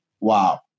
Wow